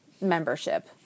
membership